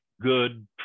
good